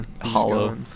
hollow